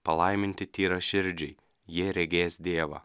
palaiminti tyraširdžiai jie regės dievą